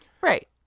Right